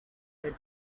her